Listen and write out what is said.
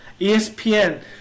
ESPN